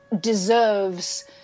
deserves